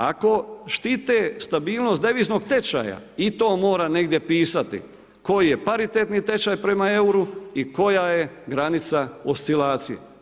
Ako štite stabilnost deviznog tečaja, i to mora negdje pisati koji je paritetni tečaj prema euru i koja je granica oscilacije.